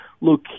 look